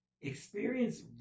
experience